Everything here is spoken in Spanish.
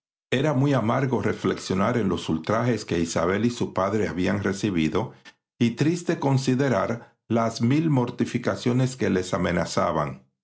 era muy amargó reflexionar en los ultrajes que isabel y su padre habían recibido y triste considerar las mil mortificaciones que les amenazaban